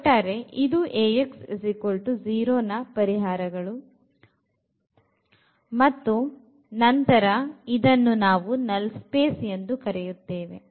ಒಟ್ಟಾರೆ ಇದು Ax0 ರ ಪರಿಹಾರಗಳು ಮತ್ತು ನಂತರ ಇದನ್ನು ನಾವು null space ಎಂದು ಕರೆಯುತ್ತೇವೆ